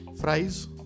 Fries